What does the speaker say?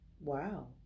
Wow